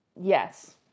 Yes